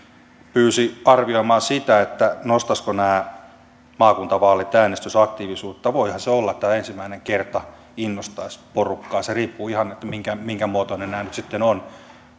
pyysi arvioimaan sitä nostaisivatko nämä maakuntavaalit äänestysaktiivisuutta voihan se olla että ensimmäinen kerta innostaisi porukkaa se riippuu ihan siitä minkä muotoiset nämä nyt sitten ovat